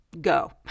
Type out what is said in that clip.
go